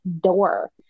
door